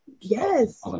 yes